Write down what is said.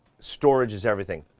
storage is everything.